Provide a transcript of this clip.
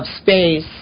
space